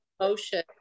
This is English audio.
emotion